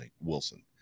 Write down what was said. Wilson